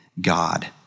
God